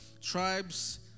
tribes